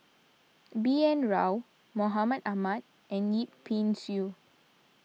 B N Rao Mahmud Ahmad and Yip Pin Xiu